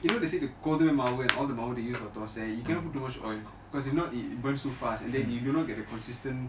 you know they say the கோதுமை மாவு அந்த மாவு:gothuma maavu antha maavu you cannot put too much oil if not it burns too fast then you cannot get the consistent